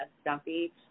stuffy